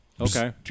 Okay